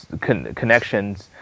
connections